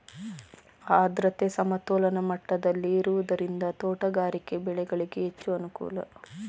ಆದ್ರತೆ ಸಮತೋಲನ ಮಟ್ಟದಲ್ಲಿ ಇರುವುದರಿಂದ ತೋಟಗಾರಿಕೆ ಬೆಳೆಗಳಿಗೆ ಹೆಚ್ಚು ಅನುಕೂಲ